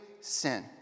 sin